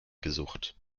gesucht